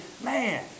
man